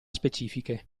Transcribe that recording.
specifiche